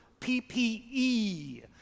PPE